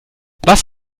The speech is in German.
was